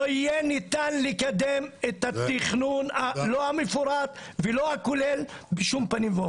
לא יהיה ניתן לקדם את התכנון המפורט ולא הכולל בשום פנים ואופן.